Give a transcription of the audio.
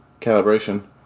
calibration